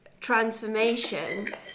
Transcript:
transformation